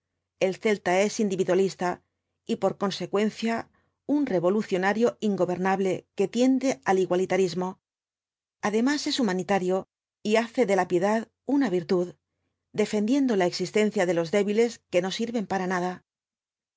el celta es individualista y por consecuencia un revolucionario ingobernable que tiende al igualitarismo además es humanitario y hace de la piedad una virtud defendiendo la existencia de los débiles que no sirven para nada el